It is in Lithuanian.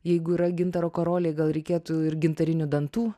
jeigu yra gintaro karoliai gal reikėtų ir gintarinių dantų